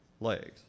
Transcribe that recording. legs